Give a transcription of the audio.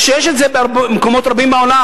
וזה ישנו במקומות רבים בעולם.